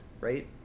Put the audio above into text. right